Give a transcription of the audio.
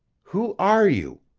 who are you?